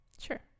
sure